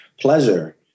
pleasure